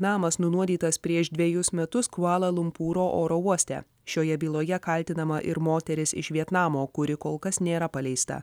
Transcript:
namas nunuodytas prieš dvejus metus kvala lumpūro oro uoste šioje byloje kaltinama ir moteris iš vietnamo kuri kol kas nėra paleista